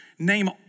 Name